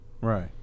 Right